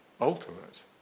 ultimate